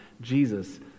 Jesus